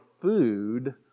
food